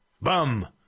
Bum